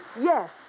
Yes